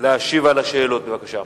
להשיב על השאלות, בבקשה.